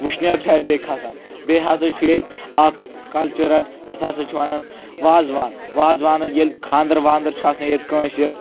وٕشنِیَر چھُ اتہِ بیٚیہِ کھسَان بیٚیہِ ہسا چھُ ییٚتہِ اکھ کلچَر تتَھ ہسا چھُ ونَان وازوان وازوان ییٚلہِ خانٛدَر وانٛدَر چھُ آسَان ییٚتہِ کٲنٛسہِ